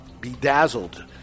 Bedazzled